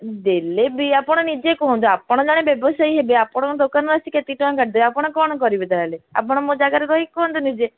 ଦେଲେ ବି ଆପଣ ନିଜେ କୁହନ୍ତୁ ଆପଣ ଜଣେ ବ୍ୟବସାୟୀ ହେବେ ଆପଣଙ୍କ ଦୋକାନରୁ ଆସି ଏତିକି ଟଙ୍କା କାଟି ଦେବେ ଆପଣ କ'ଣ କରିବେ ତାହେଲେ ଆପଣ ମୋ ଜାଗାରେ ରହିକି କୁହନ୍ତୁ ନିଜେ